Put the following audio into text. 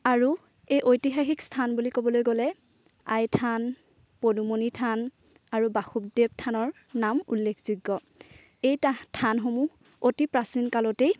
আৰু এই ঐতিহাসিক স্থান বুলি ক'বলৈ গ'লে আইথান পদুমনি থান আৰু বাসুদেৱ থানৰ নাম উল্লেখযোগ্য এই থানসমূহ অতি প্ৰাচীন কালতেই